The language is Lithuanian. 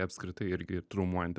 apskritai irgi traumuojanti